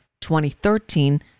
2013